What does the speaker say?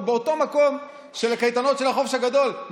באותו מקום של הקייטנות של החופש הגדול,